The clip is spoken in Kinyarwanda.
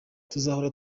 tuzahora